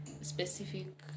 specific